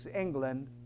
England